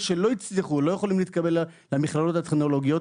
שלא הצליחו או לא יכולים להתקבל למכללות הטכנולוגיות,